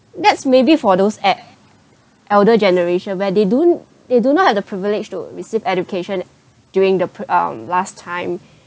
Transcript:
that's maybe for those at elder generation where they don't they do not have the privilege to receive education during the pri~ um last time